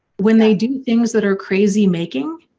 when they do things that are crazy making,